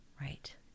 Right